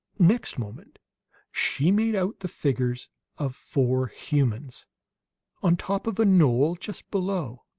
next moment she made out the figures of four humans on top of a knoll just below.